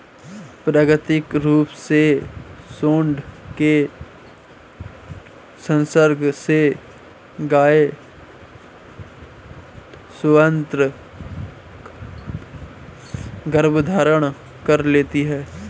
प्राकृतिक रूप से साँड के संसर्ग से गायें स्वतः गर्भधारण कर लेती हैं